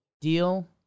deal